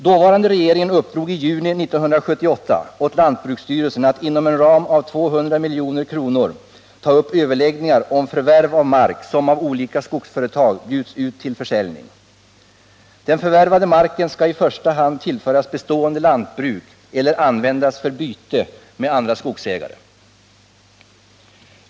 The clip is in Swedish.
Dåvarande regeringen uppdrog i juni 1978 åt lantbruksstyrelsen att inom en ram av 200 milj.kr. ta upp överläggningar om förvärv av mark som av olika skogsföretag bjuds ut till försäljning. Den förvärvade marken skall i första hand tillföras bestående lantbruk eller användas för byte med andra skogsägare.